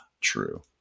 true